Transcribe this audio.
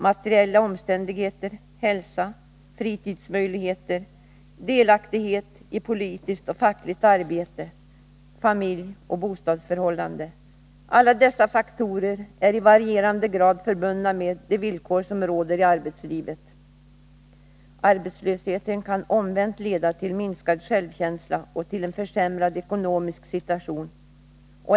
Materiella omständigheter, hälsa, fritidsmöjligheter, delaktighet i politiskt och fackligt arbete, familjeoch bostadsförhållanden, alla dessa faktorer är i varierande grad förbundna med de villkor som råder i arbetslivet. Arbetslösheten kan omvänt leda till minskad självkänsla och till en försämrad ekonomisk situation.